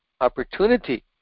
opportunity